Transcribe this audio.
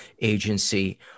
agency